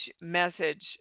message